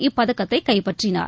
இப்பதக்கத்தை கைப்பற்றினார்